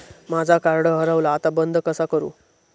माझा कार्ड हरवला आता बंद कसा करू?